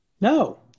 No